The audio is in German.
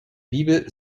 bibel